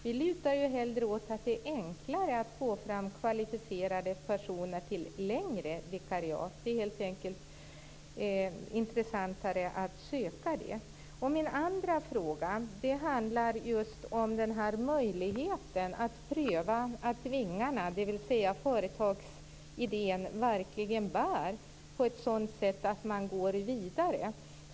Vi lutar åt att det är enklare att få fram kvalificerade personer till längre vikariat. Det är helt enkelt intressantare att söka. Min andra fråga handlar just om möjligheten att pröva att vingarna, dvs. företagsidén, verkligen bär på ett sådant sätt att man går vidare.